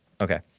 Okay